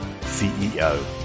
CEO